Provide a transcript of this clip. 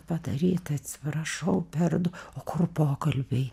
padaryt atsiprašau per du o kur pokalbiai